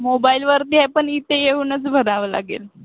मोबाईलवरती आहे पण इथे येऊनच भरावं लागेल